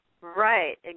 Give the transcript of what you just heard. Right